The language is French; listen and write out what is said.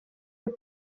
aux